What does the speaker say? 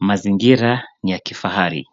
Mazingira ya kifahari.